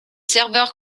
serveurs